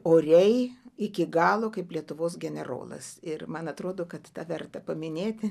oriai iki galo kaip lietuvos generolas ir man atrodo kad tą verta paminėti